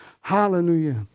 Hallelujah